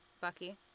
Bucky